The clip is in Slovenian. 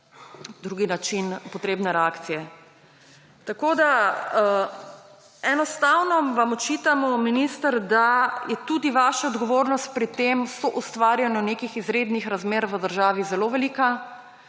drug način potrebne reakcije. Enostavno vam očitamo, minister, da je tudi vaša odgovornost pri tem soustvarjanju nekih izrednih razmer v državi zelo velika,